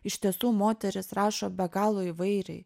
iš tiesų moteris rašo be galo įvairiai